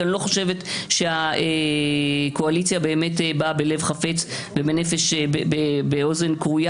אני לא חושבת שהקואליציה באה באמת בלב חפץ ובאוזן כרויה.